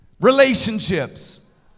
Relationships